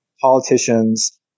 politicians